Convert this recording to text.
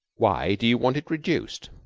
why do you want it reduced?